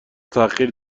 تاخیر